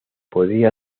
podría